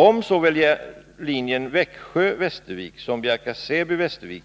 Om såväl linjen Växjö-Västervik som linjen Bjärka Säby-Västervik